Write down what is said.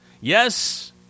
Yes